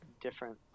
different